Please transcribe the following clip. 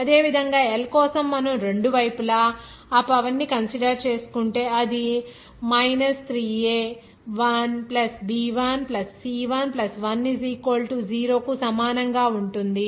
అదేవిధంగా L కోసం మనము రెండు వైపులా ఆ పవర్ ని కన్సిడర్ చేసుకుంటే అది 3a1 b1 c 1 1 0 కు సమానంగా ఉంటుంది